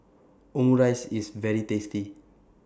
Omurice IS very tasty